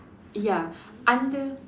ya under